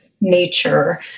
nature